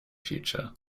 future